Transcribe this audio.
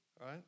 Right